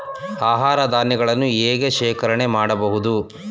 ಆಹಾರ ಧಾನ್ಯಗಳನ್ನು ಹೇಗೆ ಶೇಖರಣೆ ಮಾಡಬಹುದು?